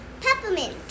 Peppermint